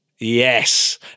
Yes